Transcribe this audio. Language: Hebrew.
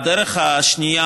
הדרך השנייה,